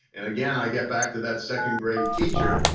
and again i get back to that second grade teacher.